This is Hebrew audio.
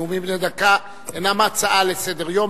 נאומים בני דקה אינם הצעה לסדר-יום.